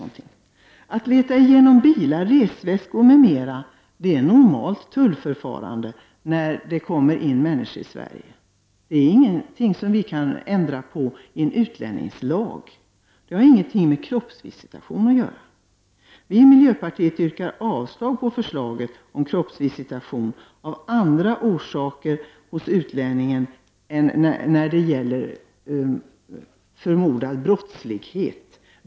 Att man letar igenom bilar, resväskor m.m. är normalt tullförfarande när det kommer in människor till Sverige. Det är ingenting som vi kan ändra på i en utlänningslag. Det har ingenting med kroppsvisitation att göra. Vi i miljöpartiet yrkar avslag på förslaget om kroppsvisitation av utlänningar av andra skäl än när det gäller förmodad brottslighet.